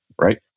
right